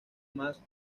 más